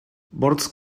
bost